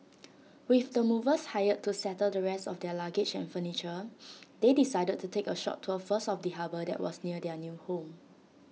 with the movers hired to settle the rest of their luggage and furniture they decided to take A short tour first of the harbour that was near their new home